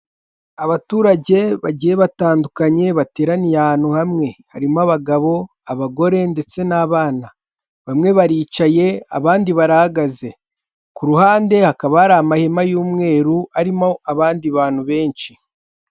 Abaturage bagiye batandukanye bateraniye ahantu hamwe, harimo abagabo, abagore ndetse n'abana, bamwe baricaye abandi barahagaze ku ruhande hakaba hari amahema y'umweru arimo abandi bantu benshi.